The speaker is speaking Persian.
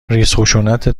ریزخشونت